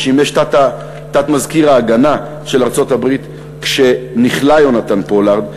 ששימש תת-מזכיר ההגנה של ארצות-הברית כשנכלא יונתן פולארד,